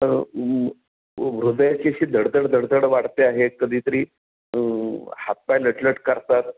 उ हृदयाची अशी धडधड धडधड वाढते आहे कधीतरी हातपाय लटलट करतात